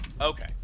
Okay